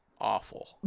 Awful